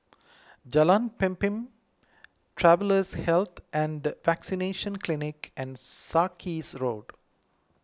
Jalan Pemimpin Travellers' Health and Vaccination Clinic and Sarkies Road